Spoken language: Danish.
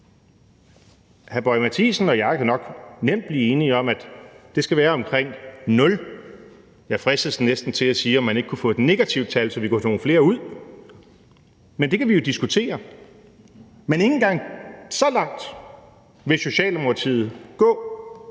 Lars Boje Mathiesen og jeg kan nok nemt blive enige om, at det skal være omkring nul. Jeg fristes næsten til at spørge, om man ikke kunne få et negativt tal, så vi kunne få nogle flere ud, men det kan vi jo diskutere. Men ikke engang så langt vil Socialdemokratiet gå,